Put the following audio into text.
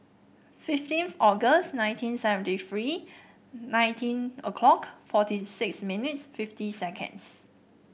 fifteen of August nineteen seventy three nineteen o'clock forty six minutes fifty seconds